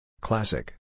Classic